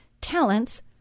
talents